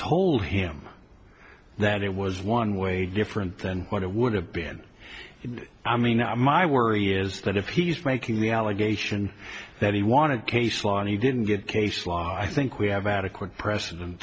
told him that it was one way different than what it would have been i mean now my worry is that if he's making the allegation that he wanted case law and he didn't get case law i think we have adequate precedent